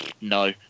No